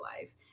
life